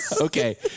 Okay